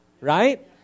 Right